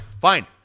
Fine